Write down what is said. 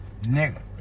nigga